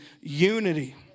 unity